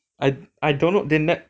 I I don't know they nev~